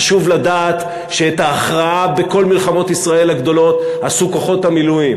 חשוב לדעת שאת ההכרעה בכל מלחמות ישראל הגדולות עשו כוחות המילואים,